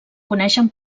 coneixen